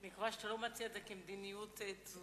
אני מקווה שאתה לא מציע את זה כמדיניות תזונה.